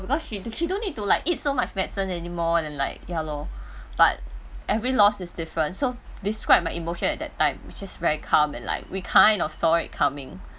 because she she don't need to like eat so much medicine anymore and like ya lor but every lost is different so describe my emotion at that time which is very calm and like we kind of saw it coming